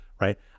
right